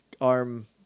arm